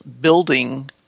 building